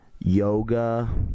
yoga